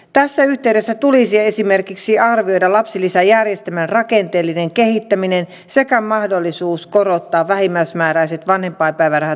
tässä yhteydessä tulisi esimerkiksi arvioida lapsilisäjärjestelmän rakenteellinen kehittäminen sekä mahdollisuus korottaa vähimmäismääräiset vanhempainpäivärahat työmarkkinatuen tasolle